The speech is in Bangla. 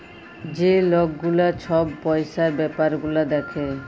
যে লক গুলা ছব পইসার ব্যাপার গুলা দ্যাখে